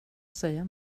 säga